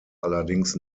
allerdings